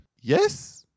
Yes